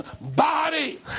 body